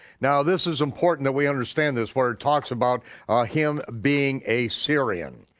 now, this is important that we understand this where it talks about him being a syrian.